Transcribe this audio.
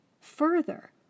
Further